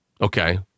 Okay